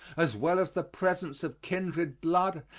as well as the presence of kindred blood,